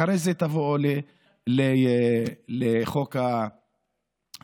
אחרי זה תבואו לחוק התקציב.